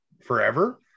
forever